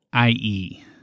ie